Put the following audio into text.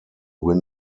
win